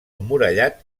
emmurallat